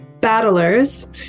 battlers